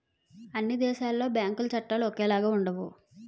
అన్ని దేశాలలో బ్యాంకు చట్టాలు ఒకేలాగా ఉండవు